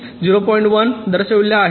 1 दर्शविल्या आहेत